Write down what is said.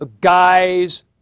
guys